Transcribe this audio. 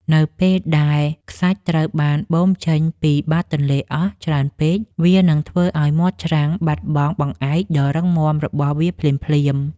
នៅពេលដែលខ្សាច់ត្រូវបានបូមចេញពីបាតទន្លេអស់ច្រើនពេកវានឹងធ្វើឱ្យមាត់ច្រាំងបាត់បង់បង្អែកដ៏រឹងមាំរបស់វាភ្លាមៗ។